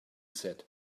said